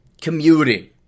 Commuting